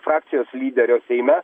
frakcijos lyderio seime